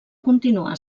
continuà